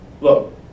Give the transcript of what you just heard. look